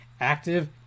active